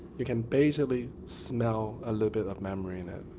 you can basically smell a little bit of memory in it.